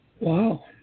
Wow